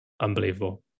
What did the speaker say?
Unbelievable